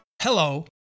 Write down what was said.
Hello